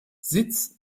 sitz